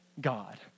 God